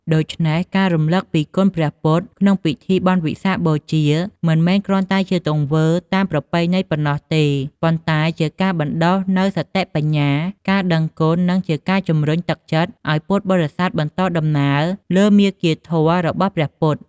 ដូច្នេះ ការរំលឹកពីគុណព្រះពុទ្ធក្នុងពិធីបុណ្យវិសាខបូជា មិនមែនគ្រាន់តែជាទង្វើតាមប្រពៃណីប៉ុណ្ណោះទេ ប៉ុន្តែជាការបណ្ដុះនូវសតិបញ្ញា ការដឹងគុណ និងជាការជំរុញទឹកចិត្តឱ្យពុទ្ធបរិស័ទបន្តដំណើរលើមាគ៌ាធម៌របស់ព្រះអង្គ។